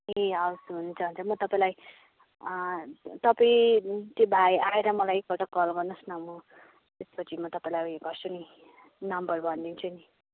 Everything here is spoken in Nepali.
ए हवस् हुन्छ हुन्छ म तपाईँलाई तपाईँ त्यो भाइ आएर मलाई एकपल्ट कल गर्नुहोस् न म त्यसपछि म तपाईँलाई उयो गर्छु नि नम्बर भनिदिन्छु नि